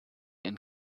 and